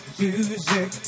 music